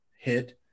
hit